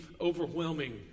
overwhelming